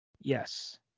Yes